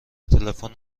تلفن